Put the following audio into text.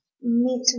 meet